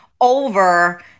over